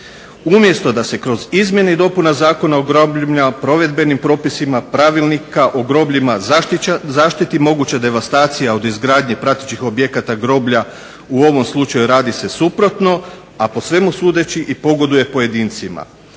Umjesto da se kroz izmjene i dopune Zakona o grobljima provedbenim propisima, pravilnika o grobljima zaštiti moguća devastacija od izgradnje pratećih objekata groblja u ovom slučaju radi se suprotno, a po svemu sudeći i pogoduje pojedincima.